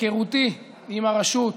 מהיכרותי עם הרשות,